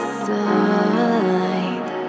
side